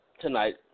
Tonight